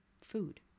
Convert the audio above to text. food